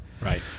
Right